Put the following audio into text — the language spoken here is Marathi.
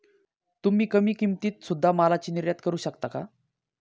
तुम्ही कमी किमतीत सुध्दा मालाची निर्यात करू शकता का